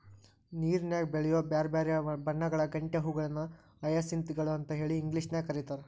ನೇರನ್ಯಾಗ ಬೆಳಿಯೋ ಬ್ಯಾರ್ಬ್ಯಾರೇ ಬಣ್ಣಗಳ ಗಂಟೆ ಹೂಗಳನ್ನ ಹಯಸಿಂತ್ ಗಳು ಅಂತೇಳಿ ಇಂಗ್ಲೇಷನ್ಯಾಗ್ ಕರೇತಾರ